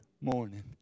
morning